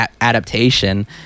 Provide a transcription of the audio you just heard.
adaptation